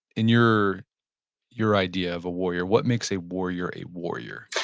in your your idea of a warrior, what makes a warrior a warrior?